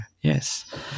Yes